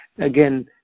Again